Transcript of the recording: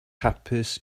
hapus